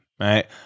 right